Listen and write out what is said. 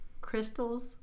crystals